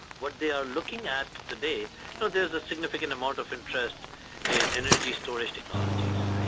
what they are looking at today there's a significant amount of interest in energy storage technologies.